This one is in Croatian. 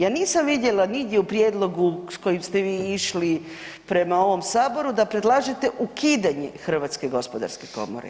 Ja nisam vidjela nigdje u prijedlogu s kojim ste vi išli prema ovom Saboru da predlažete ukidanje Hrvatske gospodarske komore.